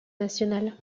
national